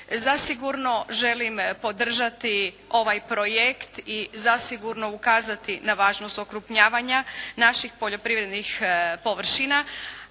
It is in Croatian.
Zasigurno želim podržati ovaj projekt i zasigurno ukazati na važnost okrupnjavanja naših poljoprivrednih površina.